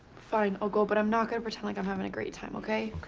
fine. i'll go. but i'm not gonna pretend like i'm having a great time, okay?